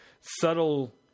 subtle